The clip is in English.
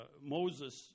Moses